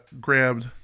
grabbed